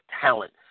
talent